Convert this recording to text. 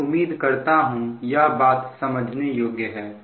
मैं उम्मीद करता हूं यह बात समझने योग्य है